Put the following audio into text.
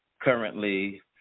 currently